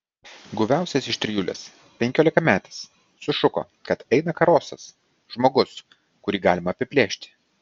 guviausias iš trijulės penkiolikmetis sušuko kad eina karosas žmogus kurį galima apiplėšti